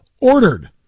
ordered